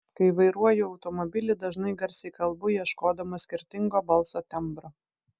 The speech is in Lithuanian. kai vairuoju automobilį dažnai garsiai kalbu ieškodama skirtingo balso tembro